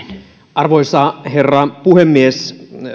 arvoisa herra puhemies